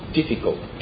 difficult